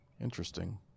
Interesting